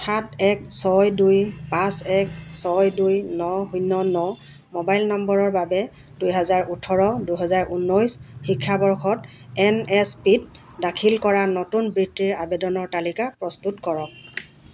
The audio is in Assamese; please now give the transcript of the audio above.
সাত এক ছয় দুই পাঁচ এক ছয় দুই ন শূন্য ন মোবাইল নম্বৰৰ বাবে দুহেজাৰ ওঠৰ দুহেজাৰ ঊনৈছ শিক্ষাবৰ্ষত এনএছপিত দাখিল কৰা নতুন বৃত্তিৰ আবেদনৰ তালিকা প্ৰস্তুত কৰক